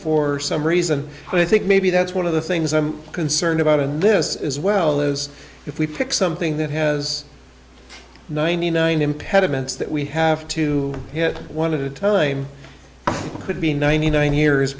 for some reason but i think maybe that's one of the things i'm concerned about in this as well is if we pick something that has ninety nine impediments that we have to hit one of the time it could be ninety nine years